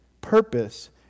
Purpose